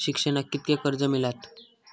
शिक्षणाक कीतक्या कर्ज मिलात?